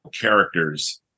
characters